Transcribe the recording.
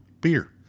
beer